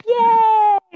Yay